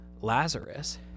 Lazarus